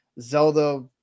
Zelda